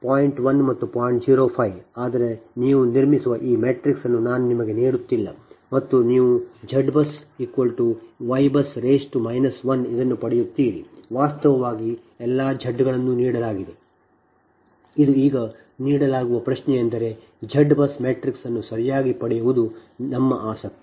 05 ಆದರೆ ನೀವು ನಿರ್ಮಿಸುವ ಈ ಮ್ಯಾಟ್ರಿಕ್ಸ್ ಅನ್ನು ನಾನು ನಿಮಗೆ ನೀಡುತ್ತಿಲ್ಲ ಮತ್ತು ನೀವು Z BUs Y BUS ಇದನ್ನು ಪಡೆಯುತ್ತೀರಿ ವಾಸ್ತವವಾಗಿ ಎಲ್ಲಾ Z ಗಳನ್ನು ನೀಡಲಾಗಿದೆ ಇದು ಈಗ ನೀಡಲಾಗುವ ಪ್ರಶ್ನೆಯೆಂದರೆ Z BUS ಮ್ಯಾಟ್ರಿಕ್ಸ್ ಅನ್ನು ಸರಿಯಾಗಿ ಪಡೆಯುವುದು ನಮ್ಮ ಆಸಕ್ತಿ